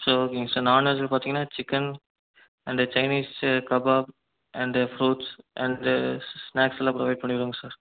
sir ஓகேங்க sir non வெஜ்ஜில் பார்த்தீங்கனா chicken and Chinese kebab and fruits and snacks எல்லா ப்ரொவைட் பண்ணிடுவாங்க சார்